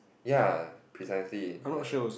ya precisely the